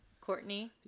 Courtney